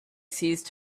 ceased